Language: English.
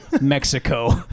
Mexico